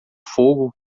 fogo